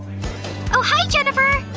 oh, hi jennifer!